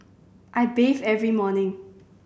I bathe every morning